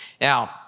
Now